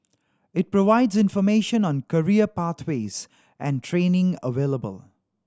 it provides information on career pathways and training available